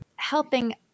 helping